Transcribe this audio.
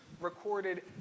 recorded